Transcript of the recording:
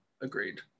Agreed